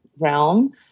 realm